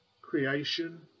Creation